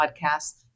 podcasts